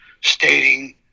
stating